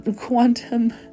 quantum